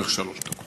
לרשותך שלוש דקות.